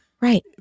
Right